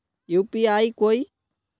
UPI कोई